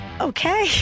Okay